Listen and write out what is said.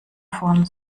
von